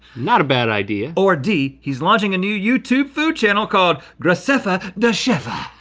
not a bad idea. or d he's launching a new youtube food channel called graceffa da cheffa.